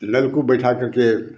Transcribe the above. नलकूप बैठा करके